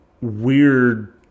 weird